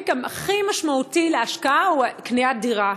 הכי משמעותי להשקעה הוא קניית דירה.